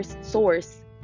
source